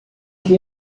que